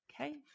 Okay